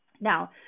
Now